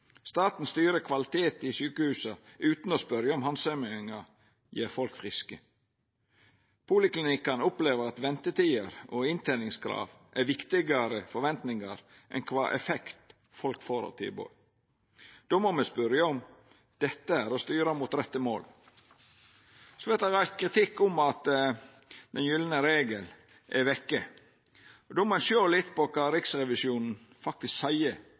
Staten styrer kvaliteten i sjukehusa utan å spørja om handsaminga gjer folk friske. Poliklinikkane opplever at ventetider og innteningskrav er viktigare forventingar enn kva effekt folk har av tilbodet. Då må me spørja om dette er å styra mot rette mål. Vidare vert det reist kritikk om at den gylne regel er vekke. Då må ein sjå litt på kva Riksrevisjonen faktisk seier